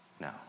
No